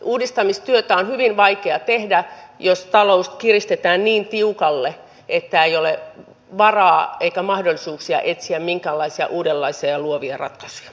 uudistamistyötä on hyvin vaikea tehdä jos talous kiristetään niin tiukalle että ei ole varaa eikä mahdollisuuksia etsiä minkäänlaisia uudenlaisia ja luovia ratkaisuja